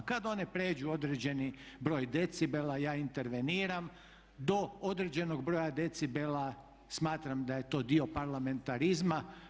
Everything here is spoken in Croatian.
Kad one prijeđu određeni broj decibela ja interveniram do određenog broja decibela, smatram da je to dio parlamentarizma.